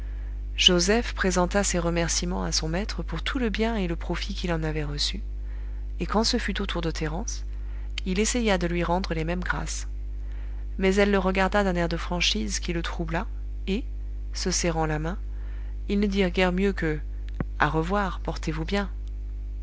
joseph présenta ses remercîments à son maître pour tout le bien et le profit qu'il en avait reçu et quand ce fut au tour de thérence il essaya de lui rendre les mêmes grâces mais elle le regarda d'un air de franchise qui le troubla et se serrant la main ils ne dirent guère mieux que à revoir portez-vous bien